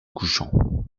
couchant